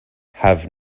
have